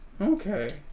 Okay